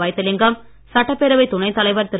வைத்திலிங்கம் சட்டப்பேரவைத் துணைத் தலைவர் திரு